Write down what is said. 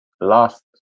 Last